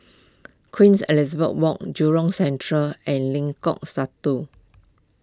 Queen Elizabeth Walk Jurong Central and Lengkong Satu